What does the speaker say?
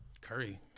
Curry